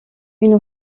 une